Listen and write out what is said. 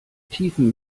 tiefen